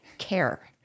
Care